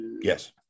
Yes